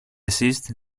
cyst